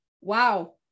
wow